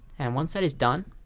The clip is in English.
and once that is done,